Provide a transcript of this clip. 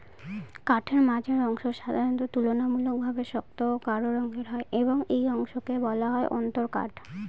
কাঠের মাঝের অংশ সাধারণত তুলনামূলকভাবে শক্ত ও গাঢ় রঙের হয় এবং এই অংশকে বলা হয় অন্তরকাঠ